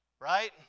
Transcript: Right